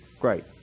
great